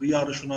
הסוגיה הראשונה